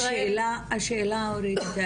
השאלה אורית,